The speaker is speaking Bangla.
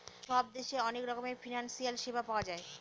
সব দেশে অনেক রকমের ফিনান্সিয়াল সেবা পাওয়া যায়